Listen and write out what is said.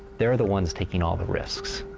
they're the ones taking all the risks.